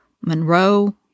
Monroe